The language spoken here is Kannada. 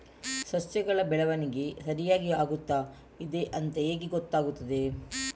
ಸಸ್ಯಗಳ ಬೆಳವಣಿಗೆ ಸರಿಯಾಗಿ ಆಗುತ್ತಾ ಇದೆ ಅಂತ ಹೇಗೆ ಗೊತ್ತಾಗುತ್ತದೆ?